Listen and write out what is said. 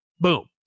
Boom